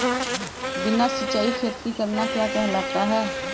बिना सिंचाई खेती करना क्या कहलाता है?